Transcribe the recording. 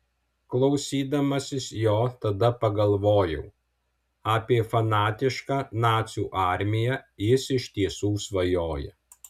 klausydamasis jo tada pagalvojau apie fanatišką nacių armiją jis iš tiesų svajoja